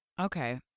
Okay